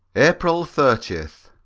april thirtieth.